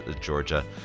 Georgia